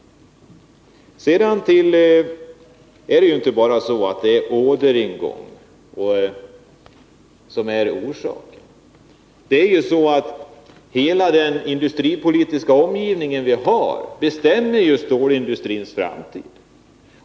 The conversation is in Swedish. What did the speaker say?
Det är ju inte bara den svaga orderingången som är orsak till svårigheterna. Den industripolitiska omgivning vi har bestämmer ju storindustrins framtid.